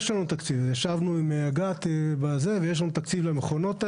ישבנו עם אג"ת ויש לנו תקציב למכונות האלה,